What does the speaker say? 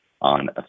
on